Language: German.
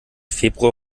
februar